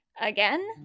Again